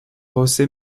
josé